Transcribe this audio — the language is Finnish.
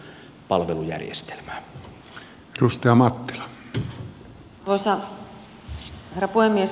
arvoisa herra puhemies